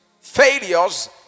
Failures